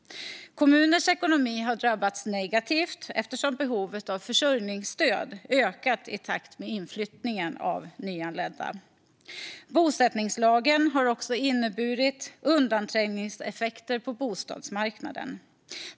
Kommuners ekonomi har drabbats negativt, eftersom behovet av försörjningsstöd ökat i takt med inflyttningen av nyanlända. Bosättningslagen har också inneburit undanträngningseffekter på bostadsmarknaden.